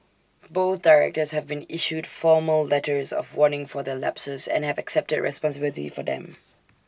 both directors have been issued formal letters of warning for their lapses and have accepted responsibility for them